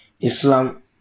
Islam